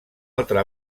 altra